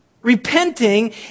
Repenting